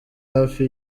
hafi